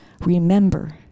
remember